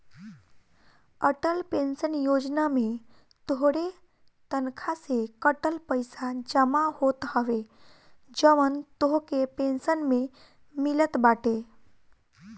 Atal pension योजना में तोहरे तनखा से कटल पईसा जमा होत हवे जवन तोहके पेंशन में मिलत बाटे